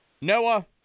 Noah